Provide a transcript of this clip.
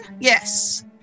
yes